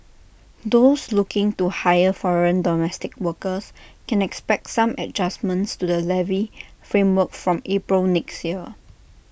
those looking to hire foreign domestic workers can expect some adjustments to the levy framework from April next year